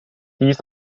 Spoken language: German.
dies